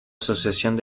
asociación